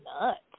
nuts